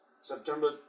September